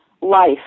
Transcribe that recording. life